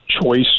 choice